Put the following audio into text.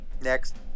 next